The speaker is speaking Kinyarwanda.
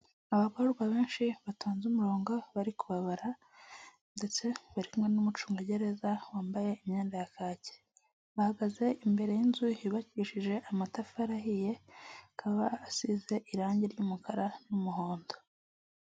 Abagororwa benshi batonze umurongo bari kubabara ndetse bari kumwe n'umucungagereza wambaye imyenda ya kake. Bahagaze imbere y'inzu yubakishije amatafari ahiye, akaba asize irange ry'umukara n'umuhondo.